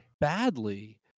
badly